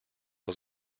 was